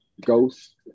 ghost